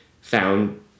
found